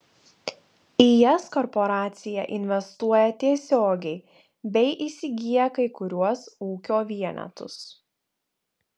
į jas korporacija investuoja tiesiogiai bei įsigyja kai kuriuos ūkio vienetus